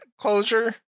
closure